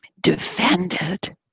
defended